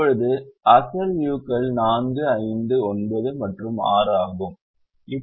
இப்போது அசல் u கள் 4 5 9 மற்றும் 6 ஆகும்